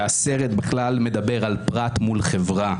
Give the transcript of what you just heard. והסרט בכלל מדבר על פרט מול חברה,